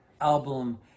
album